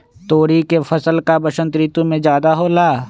तोरी के फसल का बसंत ऋतु में ज्यादा होला?